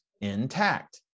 intact